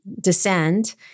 descend